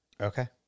Okay